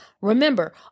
Remember